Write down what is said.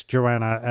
Joanna